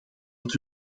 dat